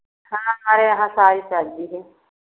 हाँ हमारे यहाँ सारी सब्ज़ी है